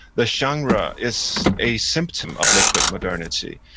the genre is a symptom of liquid modernity.